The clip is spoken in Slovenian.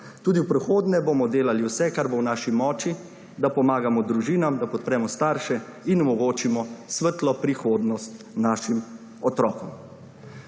Tudi v prihodnje bomo delali vse, kar bo v naši moči, da pomagamo družinam, da podpremo starše in omogočimo svetlo prihodnost našim otrokom.